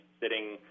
sitting –